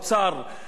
שטייניץ,